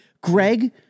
Greg